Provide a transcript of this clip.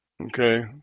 Okay